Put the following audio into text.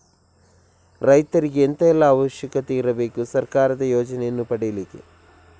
ರೈತರಿಗೆ ಎಂತ ಎಲ್ಲಾ ಅವಶ್ಯಕತೆ ಇರ್ಬೇಕು ಸರ್ಕಾರದ ಯೋಜನೆಯನ್ನು ಪಡೆಲಿಕ್ಕೆ?